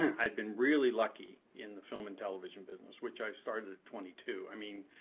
and i had been really lucky in the film and television business, which i started at twenty two. i mean,